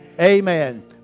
Amen